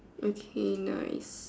okay nice